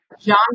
John